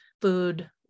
food